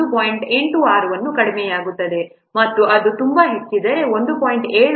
86 ಅನ್ನು ಕಡಿಮೆಯಾಗುತ್ತದೆ ಮತ್ತು ಅದು ತುಂಬಾ ಹೆಚ್ಚಿದ್ದರೆ ಅದು 0